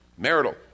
marital